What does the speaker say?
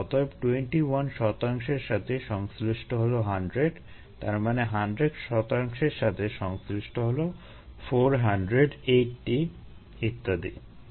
অতএব 21 শতাংশের সাথে সংশ্লিষ্ট হলো 100 তার মানে 100 শতাংশের সাথে সংশ্লিষ্ট হলো 480 ইত্যাদি